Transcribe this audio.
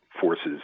forces